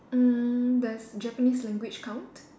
mm does Japanese language count